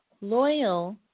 loyal